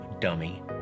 dummy